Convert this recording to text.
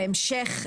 בהמשך,